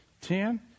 ten